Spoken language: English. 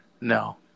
No